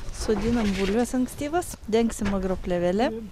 sodinam bulves ankstyvas dengsim agroplėvele